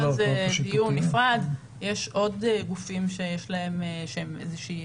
יש עוד גופים שהם איזושהי